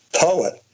poet